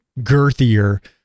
girthier